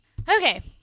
okay